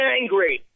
angry